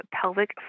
pelvic